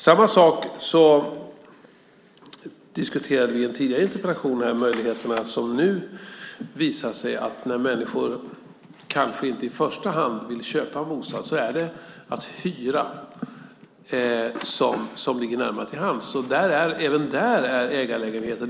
Samma sak diskuterade vi i en tidigare interpellationsdebatt, att, som det nu visar sig, när människor inte i första hand vill köpa en bostad är det att hyra som ligger närmast till hands, även där ägarlägenheter.